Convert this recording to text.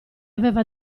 aveva